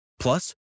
Plus